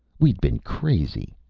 we'd been crazy.